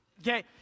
Okay